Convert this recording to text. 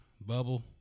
bubble